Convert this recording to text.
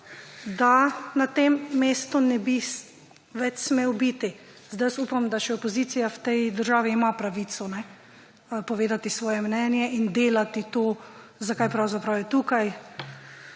da na tem mestu ne bi več smel biti. Jaz upam, da opozicija v tej državi ima pravico povedati svoje mnenje in delati to, za kar pravzaprav je tukaj.